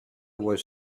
was